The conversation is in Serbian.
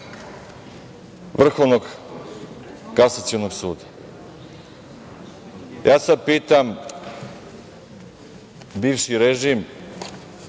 Vrhovnog kasacionog suda. Ja sad pitam bivši režim